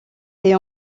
est